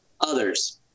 others